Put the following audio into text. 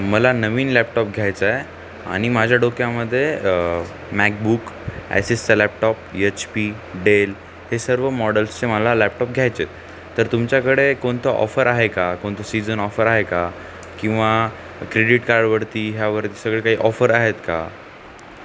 मला नवीन लॅपटॉप घ्यायचा आहे आणि माझ्या डोक्यामध्ये मॅकबुक ॲससचा लॅपटॉप एच पी डेल हे सर्व मॉडल्सचे मला लॅपटॉप घ्यायचे आहेत तर तुमच्याकडे कोणतं ऑफर आहे का कोणतं सीजन ऑफर आहे का किंवा क्रेडीट कार्डवरती ह्यावरती सगळे काही ऑफर आहेत का